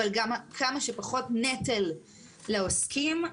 אבל כמה שפחות נטל לעוסקים.